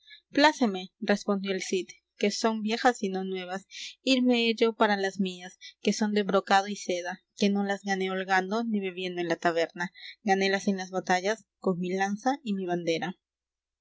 pláceme respondió el cid que son viejas y no nuevas irme he yo para las mías que son de brocado y seda que no las gané holgando ni bebiendo en la taberna ganélas en las batallas con mi lanza y mi bandera